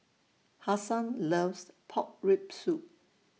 Hasan loves Pork Rib Soup